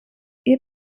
ihr